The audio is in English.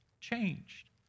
changed